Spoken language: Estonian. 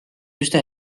üsna